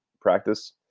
practice